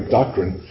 doctrine